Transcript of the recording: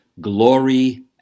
glory